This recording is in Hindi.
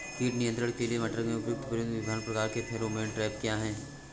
कीट नियंत्रण के लिए मटर में प्रयुक्त विभिन्न प्रकार के फेरोमोन ट्रैप क्या है?